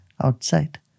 outside